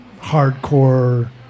Hardcore